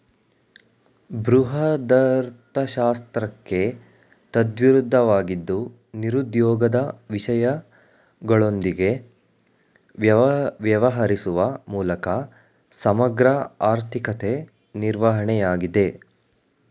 ಬೃಹದರ್ಥಶಾಸ್ತ್ರಕ್ಕೆ ತದ್ವಿರುದ್ಧವಾಗಿದ್ದು ನಿರುದ್ಯೋಗದ ವಿಷಯಗಳೊಂದಿಗೆ ವ್ಯವಹರಿಸುವ ಮೂಲಕ ಸಮಗ್ರ ಆರ್ಥಿಕತೆ ನಿರ್ವಹಣೆಯಾಗಿದೆ